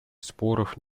споров